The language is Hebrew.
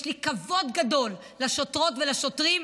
יש לי כבוד גדול לשוטרות ולשוטרים.